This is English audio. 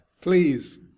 please